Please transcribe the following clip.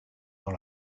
dans